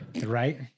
Right